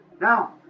Now